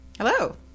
Hello